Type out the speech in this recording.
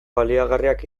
baliagarriak